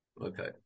Okay